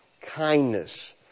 kindness